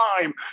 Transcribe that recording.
time